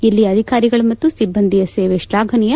ಇಲ್ಲಿಯ ಅಧಿಕಾರಿಗಳು ಮತ್ತು ಸಿಬ್ಲಂದಿಯ ಸೇವೆ ತ್ಲಾಫನೀಯ